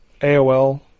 AOL